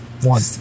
One